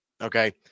Okay